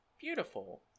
Beautiful